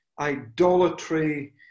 idolatry